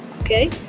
okay